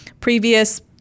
previous